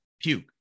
puke